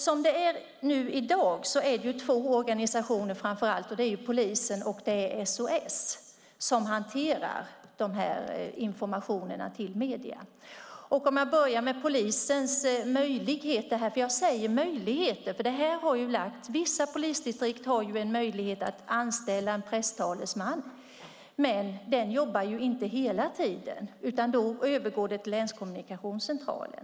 I dag är det framför allt två organisationer - polisen och SOS Alarm - som hanterar dessa informationer till medierna. Jag börjar med polisens möjligheter. Jag säger möjligheter, för detta har lett till att vissa polisdistrikt har möjlighet att anställa en presstalesman. Men han eller hon jobbar inte hela tiden, och då övergår detta till länskommunikationscentralen.